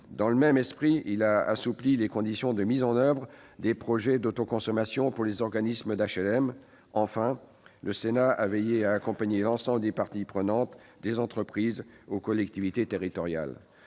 Dans le même esprit, il a assoupli les conditions de mise en oeuvre des projets d'autoconsommation par les organismes d'HLM. En dernier lieu, notre assemblée a veillé à accompagner l'ensemble des parties prenantes, des entreprises aux collectivités territoriales,